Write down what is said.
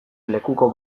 lekuko